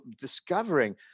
discovering